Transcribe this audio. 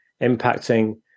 impacting